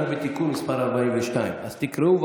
אנחנו בתיקון מס' 42. אז תקראו,